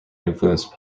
influenced